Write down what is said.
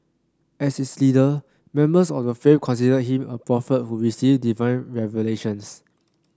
as is leader members of the faith considered him a prophet who received divine revelations